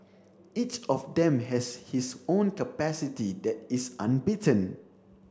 each of them has his own capacity that is unbeaten